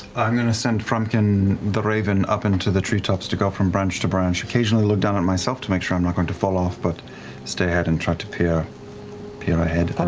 i'm going to send frumpkin the raven up into the treetops to go from branch to branch, occasionally look down at myself to make sure i'm not going to fall off, but stay ahead and try to peer peer ahead,